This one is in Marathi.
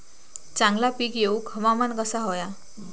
चांगला पीक येऊक हवामान कसा होया?